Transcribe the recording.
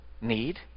need